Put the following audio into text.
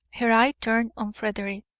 her eye turned on frederick.